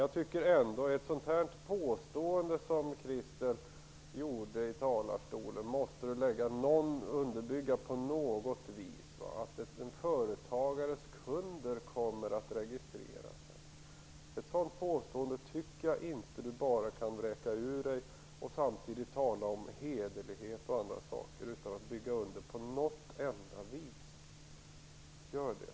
Jag tycker ändå att ett sådant påstående som Christel Anderberg kom med i talarstolen - att en företagares kunder kommer att registreras måste underbyggas på något vis. Ett sådant påstående tycker jag inte att Christel Anderberg bara kan vräka ur sig - samtidigt som hon talar om hederlighet och sådana saker - utan att underbygga det på något vis. Gör det,